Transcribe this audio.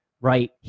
right